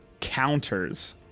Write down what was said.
counters